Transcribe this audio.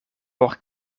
por